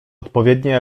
odpowiednie